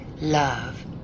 love